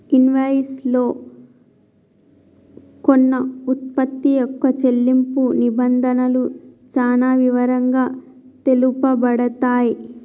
invoice లో కొన్న వుత్పత్తి యొక్క చెల్లింపు నిబంధనలు చానా వివరంగా తెలుపబడతయ్